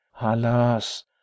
alas